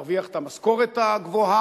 להרוויח את המשכורת הגבוהה,